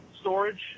storage